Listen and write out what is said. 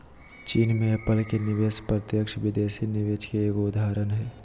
चीन मे एप्पल के निवेश प्रत्यक्ष विदेशी निवेश के एगो उदाहरण हय